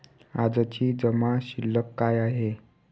आजची जमा शिल्लक काय आहे?